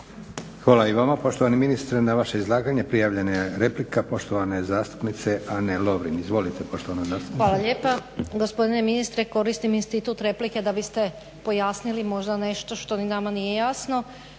Hvala i vama poštovani ministre. Na vaše izlaganje prijavljena je replika poštovane zastupnice Ane Lovrin. Izvolite poštovana zastupnice. **Lovrin, Ana (HDZ)** Hvala lijepa. Gospodine ministre koristim institut replike da biste pojasnili možda nešto što ni nama nije jasno.